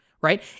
right